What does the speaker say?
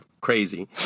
crazy